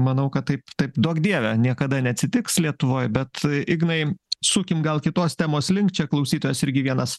manau kad taip taip duok dieve niekada neatsitiks lietuvoj bet ignai sukim gal kitos temos link čia klausytojas irgi vienas